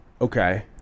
Okay